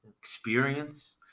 experience